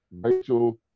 Rachel